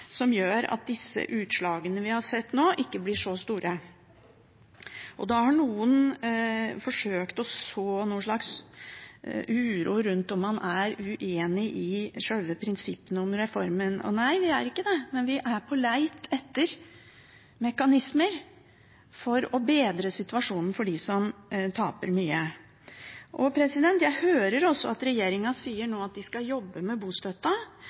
som gjør at de utslagene vi har sett nå, ikke blir så store, og da har noen forsøkt å så en slags uro om man er uenig i selve prinsippene om reformen. Nei, vi er ikke det, men vi er på leit etter mekanismer for å bedre situasjonen for dem som taper mye. Jeg hører også at regjeringen nå sier at de skal jobbe med